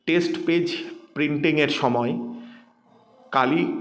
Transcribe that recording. test page প্রিন্টিংয়ের সময় কালি